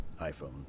iPhone